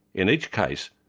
in each case,